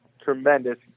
tremendous